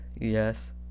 Yes